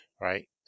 Right